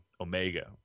Omega